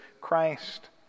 Christ